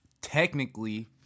technically